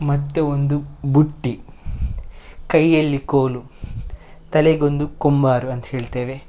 ಮತ್ತು ಒಂದು ಬುಟ್ಟಿ ಕೈಯಲ್ಲಿ ಕೋಲು ತಲೆಗೊಂದು ಕೊಂಬಾರು ಅಂತ ಹೇಳ್ತೇವೆ